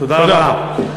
תודה רבה.